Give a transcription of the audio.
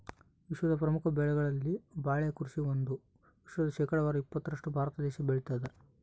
ವಿಶ್ವದ ಪ್ರಮುಖ ಬೆಳೆಗಳಲ್ಲಿ ಬಾಳೆ ಕೃಷಿ ಒಂದು ವಿಶ್ವದ ಶೇಕಡಾವಾರು ಇಪ್ಪತ್ತರಷ್ಟು ಭಾರತ ದೇಶ ಬೆಳತಾದ